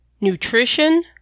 Nutrition